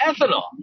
ethanol